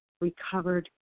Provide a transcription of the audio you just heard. recovered